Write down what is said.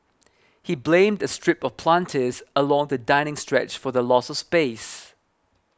he blamed a strip of planters along the dining stretch for the loss of space